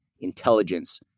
intelligence